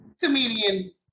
comedian